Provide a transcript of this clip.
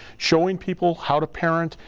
showing people how to parent,